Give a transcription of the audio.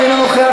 אינו נוכח,